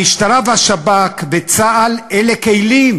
המשטרה ושב"כ וצה"ל הם כלים